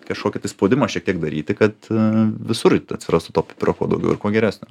kažkokį tai spaudimą šiek tiek daryti kad visur atsirastų to pipiro kuo daugiau ir kuo geresnio